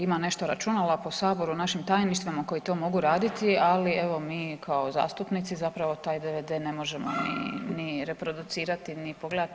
Ima nešto računala po Saboru u našim tajništvima koji to mogu raditi ali evo mi kao zastupnici zapravo taj DVD ne možemo ni reproducirati, ni pogledati.